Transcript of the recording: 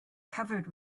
covered